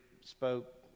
spoke